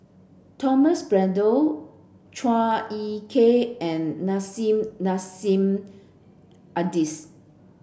Thomas Braddell Chua Ek Kay and Nissim Nassim Adis